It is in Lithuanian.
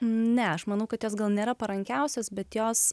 ne aš manau kad jos gal nėra parankiausias bet jos